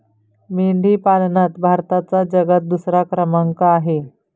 मेंढी पालनात भारताचा जगात दुसरा क्रमांक आहे